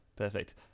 Perfect